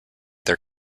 their